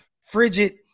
frigid